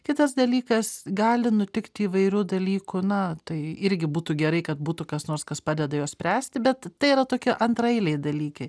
kitas dalykas gali nutikti įvairių dalykų na tai irgi būtų gerai kad būtų kas nors kas padeda juos spręsti bet tai yra tokie antraeiliai dalykai